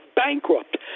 bankrupt